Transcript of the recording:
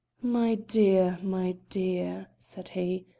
my dear, my dear! said he,